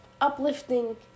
uplifting